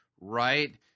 Right